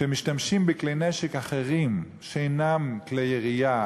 שמשתמשים בכלי נשק אחרים, שאינם כלי ירייה,